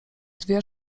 dwie